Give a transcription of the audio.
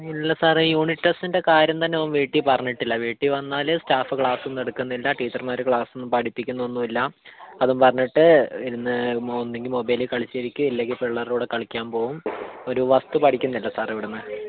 ഇല്ല സാറേ യൂണിറ്റ് ടെസ്റ്റിൻ്റെ കാര്യം തന്നെ അവൻ വീട്ടിൽ പറഞ്ഞിട്ടില്ല വീട്ടിൽ വന്നാൽ സ്റ്റാഫ് ക്ലാസ് ഒന്നും എടുക്കുന്നില്ല ടീച്ചർമാർ ക്ലാസ് ഒന്നും പഠിപ്പിക്കുന്നൊന്നും ഇല്ല അതും പറഞ്ഞിട്ട് ഇരുന്ന് ഒന്നുകിൽ മൊബൈലിൽ കളിച്ച് ഇരിക്കും ഇല്ലെങ്കിൽ പിള്ളേരുടെ കൂടെ കളിക്കാൻ പോവും ഒരു വസ്തു പഠിക്കുന്നില്ല സാറേ ഇവിടുന്ന്